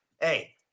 Hey